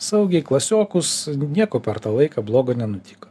saugiai klasiokus nieko per tą laiką blogo nenutiko